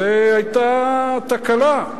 זאת היתה תקלה.